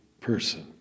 person